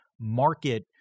market